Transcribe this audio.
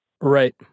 Right